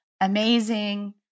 amazing